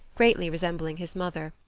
greatly resembling his mother,